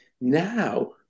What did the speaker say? Now